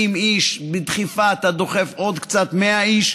70 איש בדחיפה, אתה דוחף עוד קצת, 100 איש.